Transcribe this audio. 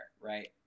right